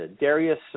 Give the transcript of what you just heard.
Darius